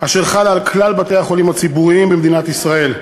אשר חלה על כלל בתי-החולים הציבוריים במדינת ישראל,